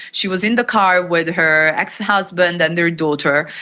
she was in the car with her ex-husband and their daughter.